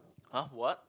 !huh! what